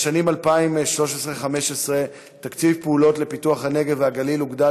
בשנים 2013 2015 תקציב הפעולות לפיתוח הנגב והגליל הוגדל